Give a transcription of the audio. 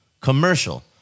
commercial